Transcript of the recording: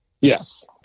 Yes